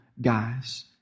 guys